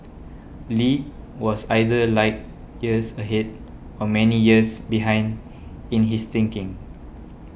Lee was either light years ahead or many years behind in his thinking